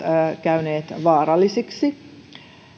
käyneet vaarallisiksi